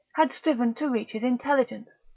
had striven to reach his intelligence.